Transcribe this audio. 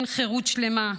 אין חירות שלמה,